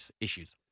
issues